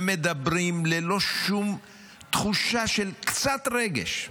ומדברים ללא שום תחושה של קצת רגש.